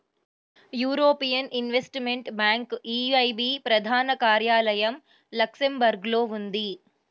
European investment bank EIB ప్రధాన కార్యాలయం లక్సెంబర్గ్లో ఉంది